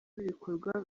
ibikorwa